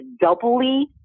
doubly